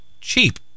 cheap